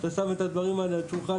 אתה שם את הדברים האלה על שולחן.